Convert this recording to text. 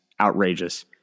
Outrageous